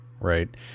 right